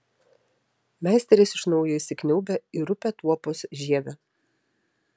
meisteris iš naujo įsikniaubia į rupią tuopos žievę